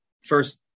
first